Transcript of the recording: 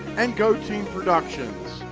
and go team productions.